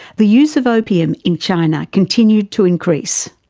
the use of opium in china continued to increase.